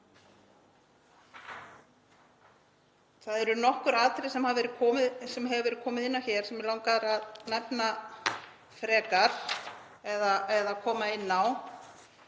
Það eru nokkur atriði sem hefur verið komið inn á hér, sem mig langar að nefna frekar eða koma inn á.